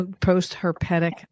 post-herpetic